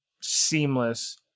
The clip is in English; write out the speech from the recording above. seamless